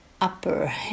upper